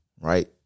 right